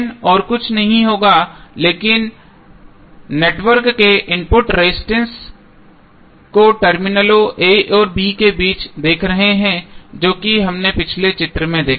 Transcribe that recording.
और कुछ नहीं होगा लेकिन नेटवर्क के इनपुट रेजिस्टेंस को टर्मिनलों a और b के बीच देख रहे हैं जो कि हमने पिछले चित्र में देखा था